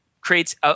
creates